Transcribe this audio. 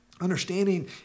Understanding